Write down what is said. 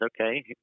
okay